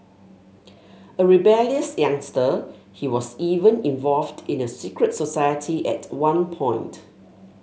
a rebellious youngster he was even involved in a secret society at one point